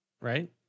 Right